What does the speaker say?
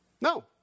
No